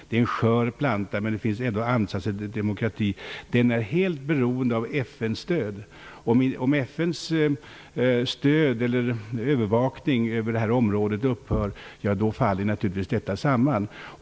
Det är en skör planta, men ansatserna finns ändå. Man är helt beroende av FN:s stöd. Om FN:s övervakning över området upphör faller dessa ansatser till demokrati samman.